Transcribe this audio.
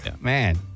Man